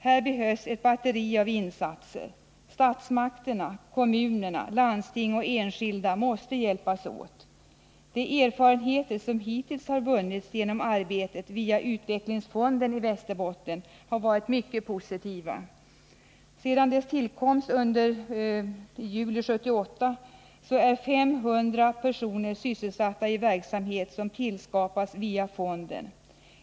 Här behövs ett batteri av insatser. Statsmakterna, kommuner, landsting och enskilda måste hjälpas åt. De erfarenheter som hittills har vunnits genom arbetet via utvecklingsfonden i Västerbotten har varit mycket positiva. Sedan dess tillkomst i juli 1978 är 500 personer sysselsatta i verksamhet som tillskapats via fonden.